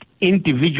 individual